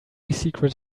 secret